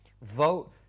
vote